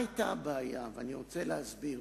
אני רוצה להסביר